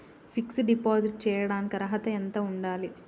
Fix డ్ deposit చేయటానికి అర్హత ఎంత ఉండాలి?